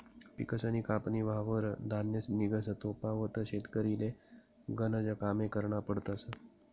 पिकसनी कापनी व्हवावर धान्य निंघस तोपावत शेतकरीले गनज कामे करना पडतस